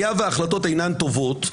היה שההחלטות אינן טובות,